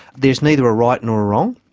there is neither a right nor a wrong,